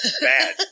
bad